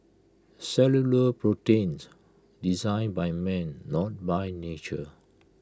cellular proteins designed by man not by nature